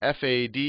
FAD